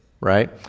right